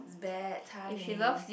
it's bad timing